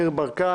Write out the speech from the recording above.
ניר ברקת,